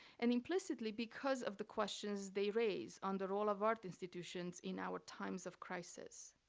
and implicitly, because of the questions they raise on the role of art institutions in our times of crisis.